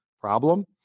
problem